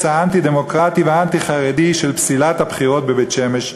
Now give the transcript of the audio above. האנטי-דמוקרטי והאנטי-חרדי של פסילת הבחירות בבית-שמש.